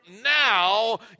now